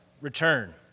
return